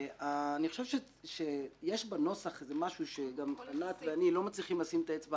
אני חושב שיש בנוסח משהו שענת ואני לא מצליחים לשים את האצבע